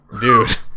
dude